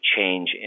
change